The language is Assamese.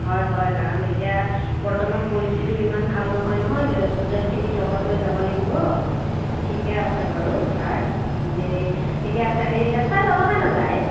হয় হয় কাৰণ এতিয়া বৰ্তমান পৰিস্থিতিও ইমান ভাল নহয় নহয় ষ্টুডেণ্টখিনিক লগত লৈ যাব লাগিব ঠিকে আছে বাৰু ছাৰ হেৰি ঠিকে আছে হেৰি হেড ছাৰ যাবনে নেযায়